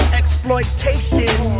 exploitation